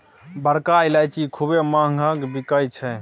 बड़का ईलाइची खूबे महँग बिकाई छै